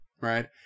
right